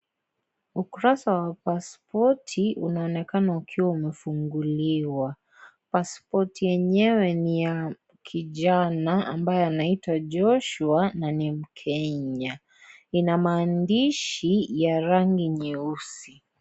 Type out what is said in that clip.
Ukurasa wa paspoti unaonekana ukiwa umefunguliwa, paspoti yenyewe ni ya kijana ambaye anaitwa Joshua na ni mkenya, ina maandishi ya rangi nyeusi.